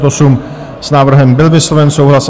S návrhem byl vysloven souhlas.